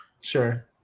Sure